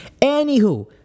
Anywho